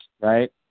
right